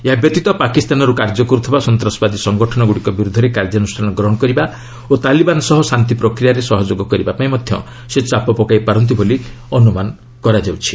ଏହାବ୍ୟତୀତ ପାକିସ୍ତାନରୁ କାର୍ଯ୍ୟ କରୁଥିବା ସନ୍ତାସବାଦୀ ସଙ୍ଗଠନଗୁଡ଼ିକ ବିରୁଦ୍ଧରେ କାର୍ଯ୍ୟାନୁଷ୍ଠାନ ଗ୍ରହଣ କରିବା ଓ ତାଲିବାନ ସହ ଶାନ୍ତି ପ୍ରକ୍ରିୟାରେ ସହଯୋଗ କରିବା ପାଇଁ ମଧ୍ୟ ସେ ଚାପ ପକାଇପାରନ୍ତି ବୋଲି ଅନୁମାନ କରାଯାଉଛି